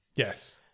yes